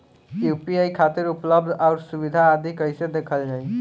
UPI खातिर उपलब्ध आउर सुविधा आदि कइसे देखल जाइ?